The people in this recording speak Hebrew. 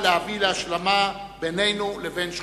להביא להשלמה בינינו לבין שכנינו.